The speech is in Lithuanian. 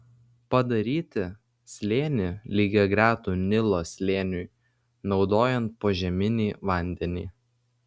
padaryti slėnį lygiagretų nilo slėniui naudojant požeminį vandenį